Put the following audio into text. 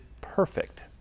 perfect